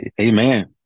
Amen